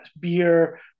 beer